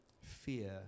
fear